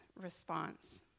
response